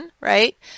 right